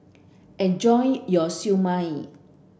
enjoy your Siew Mai